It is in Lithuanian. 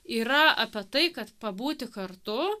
yra apie tai kad pabūti kartu